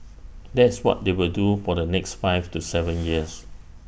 that's what they will do for the next five to Seven years